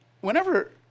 whenever